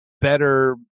better